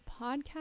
podcast